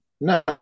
no